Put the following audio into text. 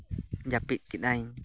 ᱡᱟᱹᱯᱤᱫ ᱠᱮᱫᱟᱹᱧ